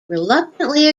reluctantly